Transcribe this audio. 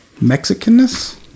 Mexicanness